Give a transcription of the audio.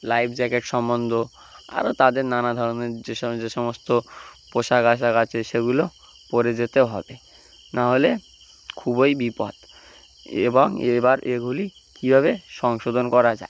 life jacket সম্বন্ধ আরও তাদের নানা ধরনের যেস যে সমস্ত পোশাক আশাক আছে সেগুলো পরে যেতে হবে নাহলে খুবই বিপদ এবং এবার এগুলি কীভাবে সংশোধন করা যায়